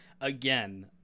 Again